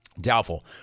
Doubtful